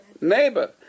neighbor